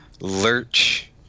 lurch